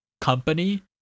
company